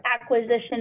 acquisition